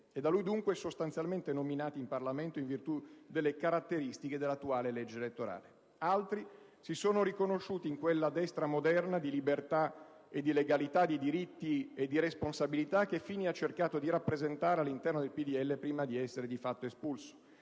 e da lui dunque sostanzialmente nominati in Parlamento in virtù delle caratteristiche dell'attuale legge elettorale. Altri si sono riconosciuti in quella destra moderna di libertà e di legalità, di diritti e di responsabilità che Fini ha cercato di rappresentare all'interno del Popolo della Libertà prima di essere di fatto espulso.